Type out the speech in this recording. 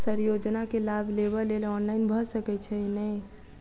Sir योजना केँ लाभ लेबऽ लेल ऑनलाइन भऽ सकै छै नै?